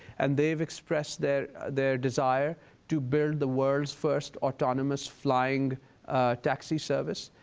and they've expressed their their desire to build the world's first autonomous flying taxi service.